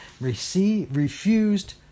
refused